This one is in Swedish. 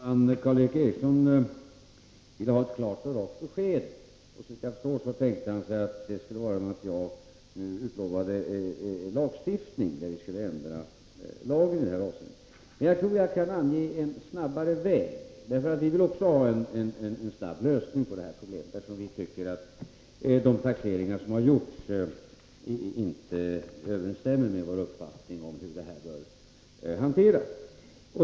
Herr talman! Karl Erik Eriksson vill ha ett klart och rakt besked. Såvitt jag förstår tänkte han sig att jag skulle utlova en ändring av lagen på detta område. Jag tror att jag kan anvisa en snabbare väg. Vi vill också ha en snar lösning, eftersom vi anser att de taxeringar som har gjorts inte överensstämmer med vår uppfattning om hur saken bör hanteras.